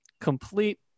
complete